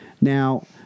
Now